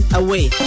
away